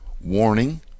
warning